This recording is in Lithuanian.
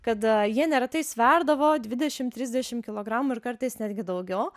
kad jie neretai sverdavo dvidešimt trisdešimt kilogramų ir kartais netgi daugiau